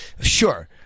Sure